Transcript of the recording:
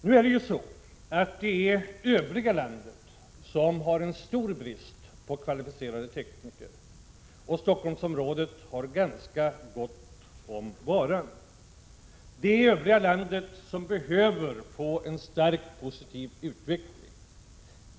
Nu är det ju så att det är det övriga landet som har stor brist på kvalificerade tekniker, medan Stockholmsområdet har ganska gott om den varan. Det är det övriga landet som behöver få en stark positiv utveckling.